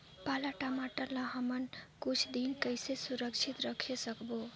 पाला टमाटर ला हमन कुछ दिन कइसे सुरक्षित रखे सकबो?